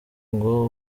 ngo